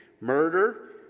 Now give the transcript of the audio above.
murder